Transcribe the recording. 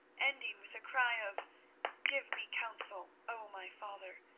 ending with a cry of give me counsel, o my father.